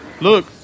Look